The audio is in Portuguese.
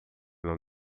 não